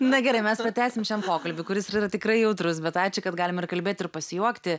na gerai mes pratęsim šian pokalbį kuris yra tikrai jautrus bet ačiū kad galim ir kalbėti ir pasijuokti